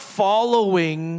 following